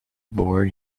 board